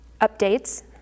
updates